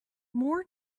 more